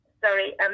Sorry